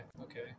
okay